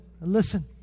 Listen